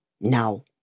Now